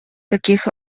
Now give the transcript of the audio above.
таких